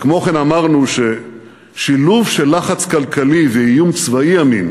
וכמו כן אמרנו ששילוב של לחץ כלכלי ואיום צבאי אמין